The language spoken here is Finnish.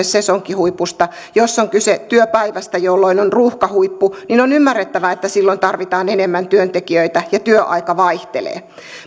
sesonkihuipusta jos on kyse työpäivästä jolloin on ruuhkahuippu niin on ymmärrettävää että silloin tarvitaan enemmän työntekijöitä ja työaika vaihtelee